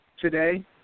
today